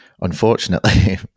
Unfortunately